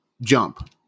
jump